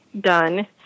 done